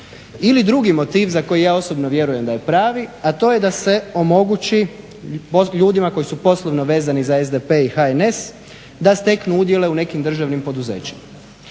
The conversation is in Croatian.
Ili drugi motiv, za koji ja osobno vjerujem da je pravi, a to je da se omogući ljudima koji su poslovno vezani za SDP i HNS da steknu udjele u nekim državnim poduzećima.